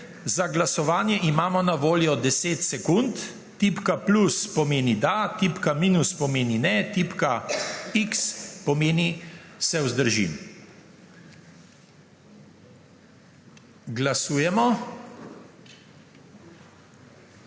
Za glasovanje imamo na voljo 10 sekund. Tipka plus pomeni da, tipka minus pomeni ne, tipka X pomeni, da se vzdržim. Glasujemo.